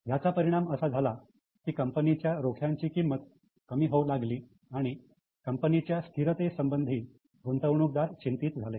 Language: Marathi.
याचा परिणाम असा झाला की कंपनीच्या रोख्यांची किंमत कमी होऊ लागली आणि कंपनीच्या स्थिरतेसंबंधी गुंतवणूकदार चिंतित झाले